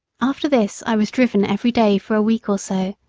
after this i was driven every day for a week or so,